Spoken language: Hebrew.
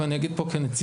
ואני אגיד פה כנציבות,